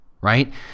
right